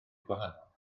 gwahanol